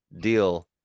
deal